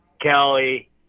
kelly